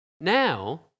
Now